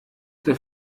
der